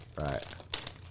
Right